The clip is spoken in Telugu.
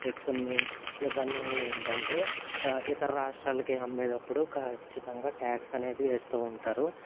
కొన్ని నిబంధనలు ఏంటంటే ఇతర రాష్ట్రాలకి అమ్మేటప్పుడు ఖచ్చితంగా ట్యాక్స్ అనేది వేస్తూ ఉంటారు